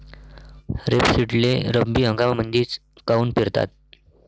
रेपसीडले रब्बी हंगामामंदीच काऊन पेरतात?